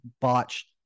botched